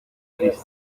marisa